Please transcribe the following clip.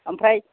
ओमफ्राय